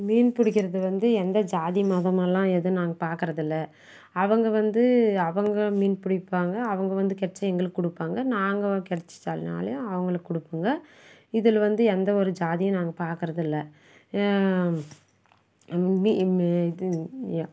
மீன் பிடிக்கிறது வந்து எந்த ஜாதி மதம் எல்லாம் எதுவும் நாங்கள் பார்க்கறதில்ல அவங்கள் வந்து அவங்கள் மீன் பிடிப்பாங்க அவங்கள் வந்து கிட்சியா எங்களுக்கு கொடுப்பாங்க நாங்கள் கிடச்சிச்சல்னாலியும் அவர்களுக்கு கொடுப்போங்க இதில் வந்து எந்த ஒரு ஜாதியும் நாங்கள் பார்க்கறதில்ல இம்மே இம்மே இது யா